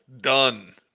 Done